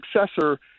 successor